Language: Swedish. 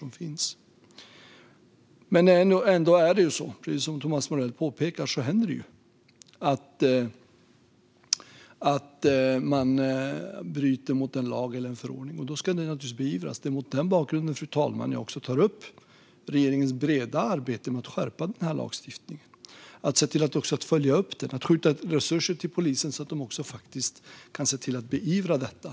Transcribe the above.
Ändå händer det ju, precis som Thomas Morell påpekar, att någon bryter mot en lag eller en förordning, och då ska det naturligtvis beivras. Det är mot den bakgrunden, fru talman, jag också tar upp regeringens breda arbete med att skärpa lagstiftningen och följa upp den och att skjuta till resurser till polisen så att de kan se till att beivra detta.